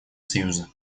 союза